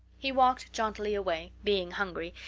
he walked jauntily away, being hungry,